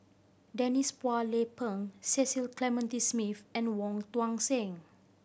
Denise Phua Lay Peng Cecil Clementi Smith and Wong Tuang Seng